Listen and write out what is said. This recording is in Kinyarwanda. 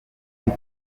hafi